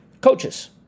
Coaches